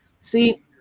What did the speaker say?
see